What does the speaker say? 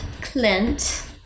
Clint